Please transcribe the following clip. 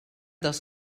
dels